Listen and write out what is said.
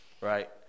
Right